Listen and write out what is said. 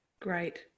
Great